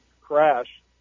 crash